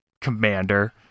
Commander